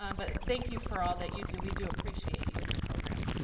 um but thank you for all that you do we do appreciate you and your program